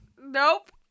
Nope